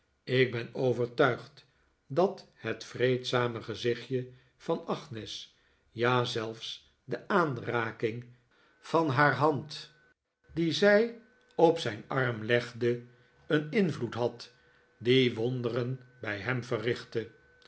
ik ben overtuigd dat het vreedzame gezichtje van agnes ja zelfs de aanraking van haar hand die zij op zijn arm legde david copperfield een invloed had die wonderen bij hem verrichtte